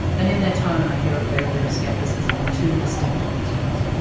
and in their tone, i hear a fair bit of skepticism, and two distinct questions.